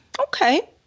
okay